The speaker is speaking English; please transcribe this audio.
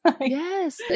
Yes